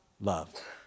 Love